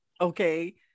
Okay